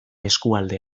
eskualde